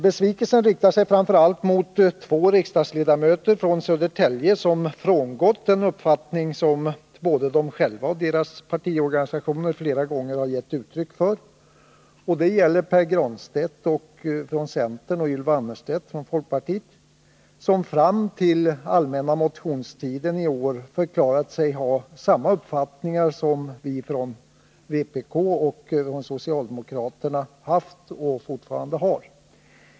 Besvikelsen riktar sig framför allt mot två riksdagsledamöter från Södertälje som frångått den uppfattning som både de själva och deras partiorganisationer flera gånger har givit uttryck för. Det är Pär Granstedt från centern och Ylva Annerstedt från folkpartiet, som fram till allmänna motionstiden i år förklarat sig ha samma uppfattning som vi från vpk och socialdemokraterna haft och fortfarande har.